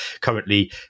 currently